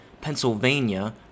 Pennsylvania